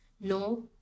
no